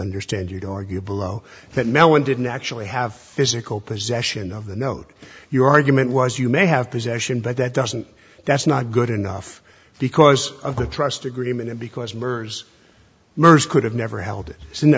understand you don't argue below that mel one didn't actually have physical possession of the note your argument was you may have possession but that doesn't that's not good enough because of the trust agreement because mergers merced could have never held